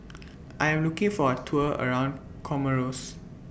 I Am looking For A Tour around Comoros